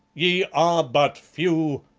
ye are but few,